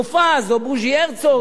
מופז או בוז'י הרצוג,